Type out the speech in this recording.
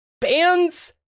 Bands